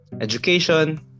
education